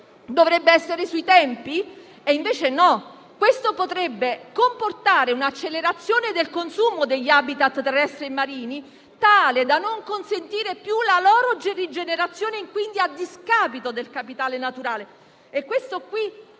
dovrebbe essere sui tempi? Invece no! Questo potrebbe comportare un'accelerazione del consumo degli *habitat* terrestri e marini, tale da non consentire più la loro rigenerazione e, quindi, a discapito del capitale naturale.